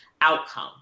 outcome